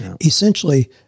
essentially